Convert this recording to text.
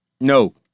No